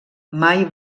mai